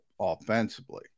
offensively